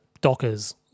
Dockers